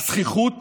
הזחיחות